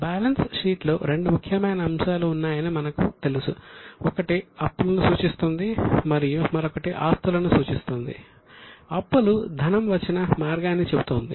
balance sheet లో రెండు ముఖ్యమైన అంశాలు ఉన్నాయని మనకు తెలుసు ఒకటి అప్పులను సూచిస్తుంది మరియు మరొకటి ఆస్తులను సూచిస్తుంది అప్పులు ధనం వచ్చిన మార్గాన్ని చెబుతోంది